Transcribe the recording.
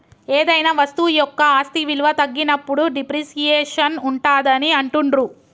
ఏదైనా వస్తువు యొక్క ఆస్తి విలువ తగ్గినప్పుడు డిప్రిసియేషన్ ఉంటాదని అంటుండ్రు